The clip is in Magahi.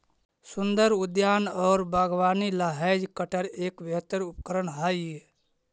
सुन्दर उद्यान और बागवानी ला हैज कटर एक बेहतर उपकरण हाई